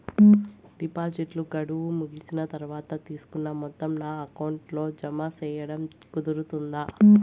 డిపాజిట్లు గడువు ముగిసిన తర్వాత, తీసుకున్న మొత్తం నా అకౌంట్ లో జామ సేయడం కుదురుతుందా?